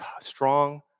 strong